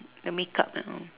the makeup that one